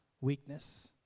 weakness